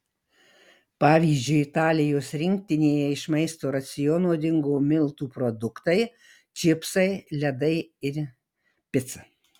pavyzdžiui italijos rinktinėje iš maisto raciono dingo miltų produktai čipsai ledai ir pica